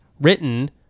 written